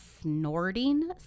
snorting